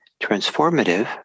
transformative